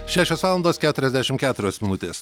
šešios valandos keturiasdešim keturios minutės